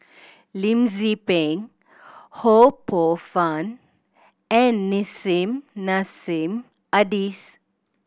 Lim Tze Peng Ho Poh Fun and Nissim Nassim Adis